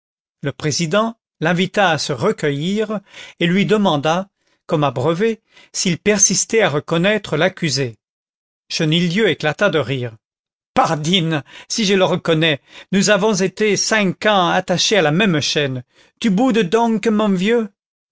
le président l'invita à se recueillir et lui demanda comme à brevet s'il persistait à reconnaître l'accusé chenildieu éclata de rire pardine si je le reconnais nous avons été cinq ans attachés à la même chaîne tu boudes donc mon vieux